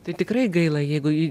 tai tikrai gaila jeigu į